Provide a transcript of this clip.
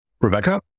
Rebecca